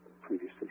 previously